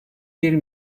bir